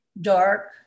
dark